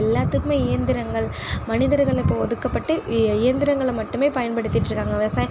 எல்லாத்துக்குமே இயந்திரங்கள் மனிதர்கள் இப்போது ஒதுக்கப்பட்டு இ இயந்திரங்களை மட்டுமே பயன்படுத்திட்டு இருக்காங்க விவசாய